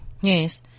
Yes